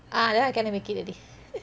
ah that [one] cannot make it already